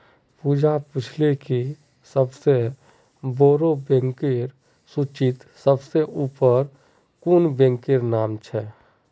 पूजा पूछले कि सबसे बोड़ो बैंकेर सूचीत सबसे ऊपर कुं बैंकेर नाम छे